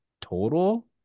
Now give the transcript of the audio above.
total